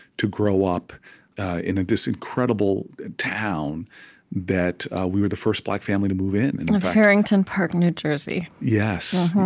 to grow up in this incredible town that we were the first black family to move in and of harrington park, new jersey yes,